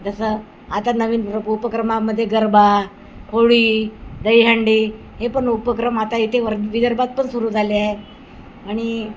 जसं आता नवीन उपक्रमामध्ये गरबा होळी दहीहंडी हे पण उपक्रम आता इथे वर विदर्भात पण सुरू झाले आहे आणि